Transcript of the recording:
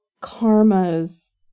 karma's